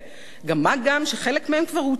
מה גם שחלק מהם כבר הוצאו.